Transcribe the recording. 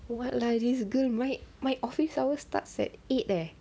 what life this girl my my office hour starts at eight leh